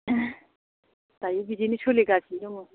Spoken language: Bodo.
दायो बिदिनो सोलिगासिनो दङ